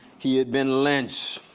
he had been lynched.